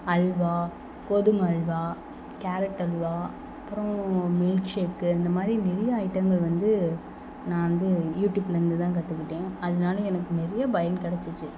அல்வா கோதுமை அல்வா கேரட் அல்வா அப்புறம் milk shake இந்தமாதிரி நிறையா ஐட்டங்களை வந்து நான் வந்து யூடியூப்புலேருந்துதான் கற்றுக்கிட்டேன் அதனால எனக்கு நிறைய பயன் கிடைச்சுச்சு